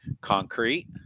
concrete